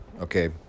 okay